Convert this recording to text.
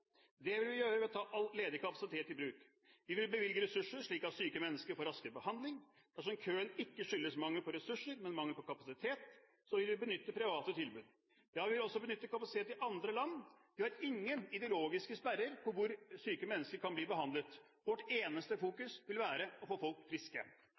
Det vil vi gjøre ved å ta all ledig kapasitet i bruk. Vi vil bruke ressurser slik at syke mennesker får raskere behandling. Dersom køen ikke skyldes mangel på ressurser, men mangel på kapasitet, vil vi benytte private tilbud. Ja, vi vil også benytte kapasitet i andre land. Vi har ingen ideologiske sperrer på hvor syke mennesker kan bli behandlet. Vårt eneste fokus vil være å få folk friske.